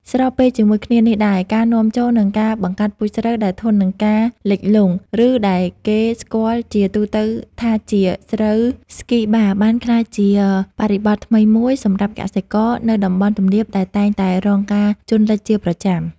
ស្របពេលជាមួយគ្នានេះដែរ ការនាំចូល និងការបង្កាត់ពូជស្រូវដែលធន់នឹងការលិចលង់ ឬដែលគេស្គាល់ជាទូទៅថាជា ស្រូវស្គីបា បានក្លាយជាបដិវត្តន៍ថ្មីមួយសម្រាប់កសិករនៅតំបន់ទំនាបដែលតែងតែរងការជន់លិចជាប្រចាំ។